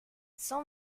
cent